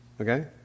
Okay